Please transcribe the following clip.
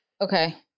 Okay